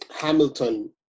Hamilton